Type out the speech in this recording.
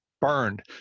burned